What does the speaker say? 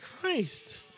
Christ